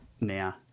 now